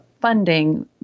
funding